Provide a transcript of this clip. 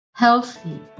Healthy